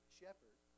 shepherd